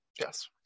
Yes